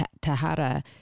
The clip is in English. Tahara